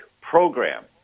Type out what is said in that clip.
program